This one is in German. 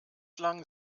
lang